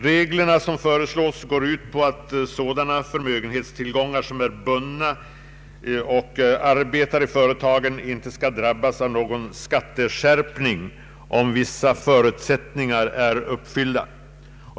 De föreslagna reglerna går ut på att sådana förmögenhetstillgångar som är bundna och arbetar i företagen inte skall drabbas av någon skatteskärpning om vissa förutsättningar är uppfyllda.